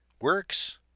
works